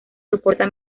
soporta